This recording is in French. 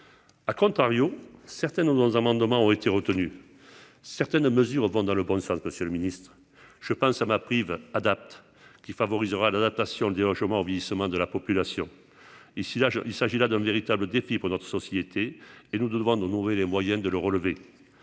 à contrario, certaines dans nos amendements ont été retenus, certaines mesures vont dans le bon sens Monsieur le Ministre, je pense à ma prive adapte qui favorisera la natation, dire aux chômeurs, vieillissement de la population et si l'âge, il s'agit là d'un véritable défi pour notre société et nous devons non avait les moyens de le relever,